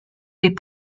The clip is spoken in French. des